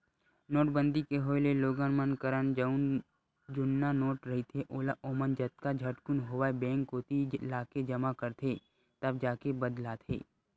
नोटबंदी के होय ले लोगन मन करन जउन जुन्ना नोट रहिथे ओला ओमन जतका झटकुन होवय बेंक कोती लाके जमा करथे तब जाके बदलाथे